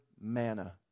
manna